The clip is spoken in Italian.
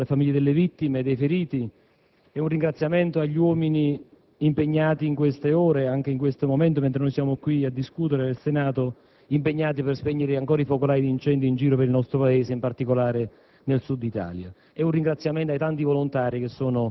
Voglio innanzitutto esprimere, a nome del Gruppo, il cordoglio alle famiglie delle vittime e dei feriti e un ringraziamento agli uomini impegnati in queste ore, anche in questo momento, mentre siamo qui a discutere al Senato, per spegnere ancora i focolai di incendi in giro per il nostro Paese, in particolare